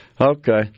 Okay